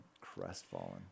crestfallen